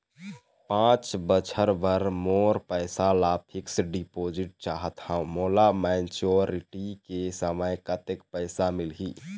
पांच बछर बर मोर पैसा ला फिक्स डिपोजिट चाहत हंव, मोला मैच्योरिटी के समय कतेक पैसा मिल ही?